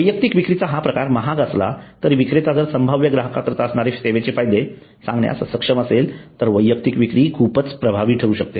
वैयक्तिक विक्रीचा हा प्रकार महाग असला तरी विक्रेता जर संभाव्य ग्राहका करीता असणारे सेवेचे फायदे सांगण्यास सक्षम असेल तर वैयक्तिक विक्री खूपच प्रभावी ठरू शकते